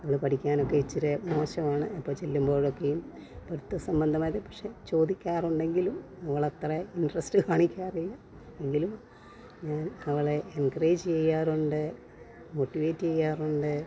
അവൾ പഠിക്കാനൊക്കെ ഇച്ചരെ മോശമാണ് അപ്പോൾ ചെല്ലുമ്പോഴൊക്കെയും പഠിത്ത സംബന്ധമായത് പക്ഷേ ചോദിക്കാറുണ്ടെങ്കിലും അവൾ അത്ര ഇൻട്രസ്റ്റ് കാണിക്കാറില്ല എങ്കിലും ഞാൻ അവളെ എൻകറേജ് ചെയ്യാറുണ്ട് മോട്ടിവേറ്റ് ചെയ്യാറുണ്ട്